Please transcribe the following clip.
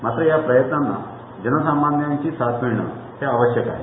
मात्र या प्रयत्नांना जनसामान्यांची साथ मिळणं अतिआवष्यक आहे